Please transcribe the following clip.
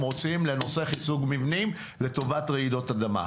רוצים לנושא חיזוק מבנים לטובת רעידות אדמה.